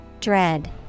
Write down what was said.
Dread